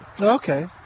Okay